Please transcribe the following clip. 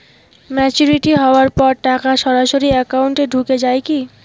Maturity হওয়ার পর টাকা সরাসরি একাউন্ট এ ঢুকে য়ায় কি?